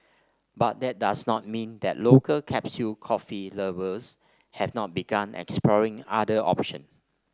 but that does not mean that local capsule coffee lovers have not begun exploring other options